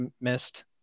missed